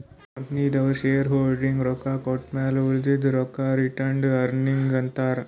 ಕಂಪನಿದವ್ರು ಶೇರ್ ಹೋಲ್ಡರ್ಗ ರೊಕ್ಕಾ ಕೊಟ್ಟಮ್ಯಾಲ ಉಳದಿದು ರೊಕ್ಕಾಗ ರಿಟೈನ್ಡ್ ಅರ್ನಿಂಗ್ ಅಂತಾರ